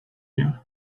you